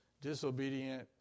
disobedient